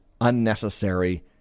unnecessary